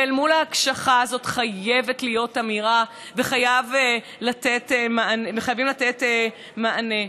ואל מול ההקשחה הזאת חייבת להיות אמירה וחייבים לתת מענה.